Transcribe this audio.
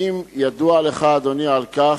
1. האם ידוע לך, אדוני, על כך?